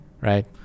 right